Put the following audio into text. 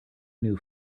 new